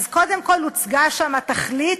אז קודם כול הוצגה שם התכלית,